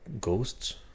ghosts